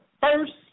first